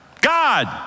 God